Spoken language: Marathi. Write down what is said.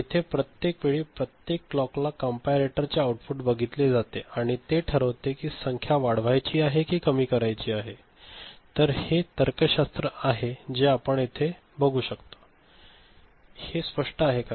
येथे प्रत्येक वेळी प्रत्येक क्लॉक ला कॅम्पेरेटर चे आउटपुट बघितले जाते आणि ते ठरवते की संख्या वाढवायची आहे ही कमी करायची आहे तर हे तर्कशास्त्र आहे जे आपण येथे शोधू शकता हे स्पष्ट आहे का